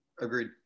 Agreed